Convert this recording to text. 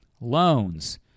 Loans